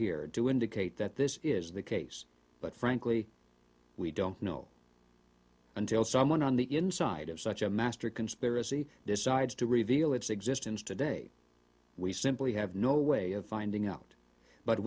here to indicate that this is the case but frankly we don't know until someone on the inside of such a master conspiracy decides to reveal its existence today we simply have no way of finding out but